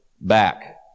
back